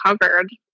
covered